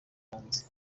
hanze